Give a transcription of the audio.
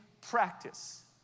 practice